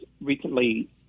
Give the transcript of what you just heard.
recently